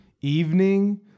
evening